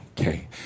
Okay